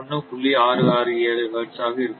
667 hertz ஆக இருக்கும்